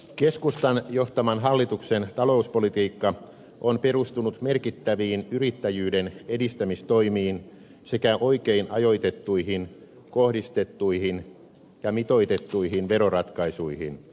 keskustan johtaman hallituksen talouspolitiikka on perustunut merkittäviin yrittäjyyden edistämistoimiin sekä oikein ajoitettuihin kohdistettuihin ja mitoitettuihin veroratkaisuihin